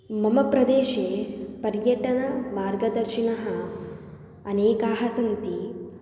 मम प्रदेशे पर्यटनमार्गदर्शिनः अनेकाः सन्ति